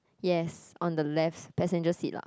yes on the left passenger seat lah